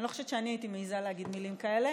אני לא חושבת שאני הייתי מעיזה להגיד מילים כאלה,